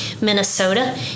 minnesota